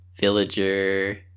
Villager